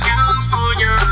California